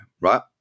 Right